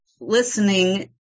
listening